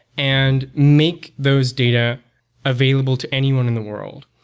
and make those data available to anyone in the world,